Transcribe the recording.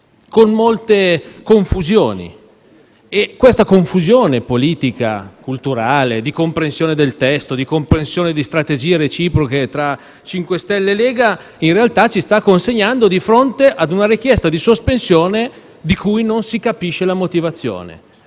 con molte confusioni. Questa confusione, politica, culturale e di comprensione del testo e di strategie reciproche tra MoVimento 5 Stelle e Lega, ci sta mettendo di fronte a una richiesta di sospensione di cui non si capisce la motivazione.